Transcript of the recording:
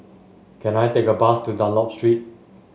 can I take a bus to Dunlop Street